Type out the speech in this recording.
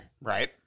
right